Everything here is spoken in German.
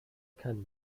kann